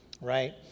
right